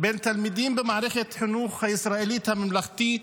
בין תלמידים במערכת החינוך הישראלית הממלכתית